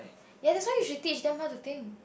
ya that's why you should teach them how to think